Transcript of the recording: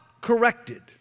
corrected